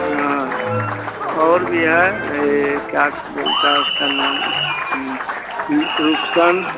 हाँ और भी है ये क्याक बोलता है उसका नाम रुपसन